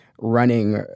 running